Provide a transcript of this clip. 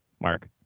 Mark